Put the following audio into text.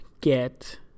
get